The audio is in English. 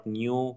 new